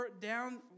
down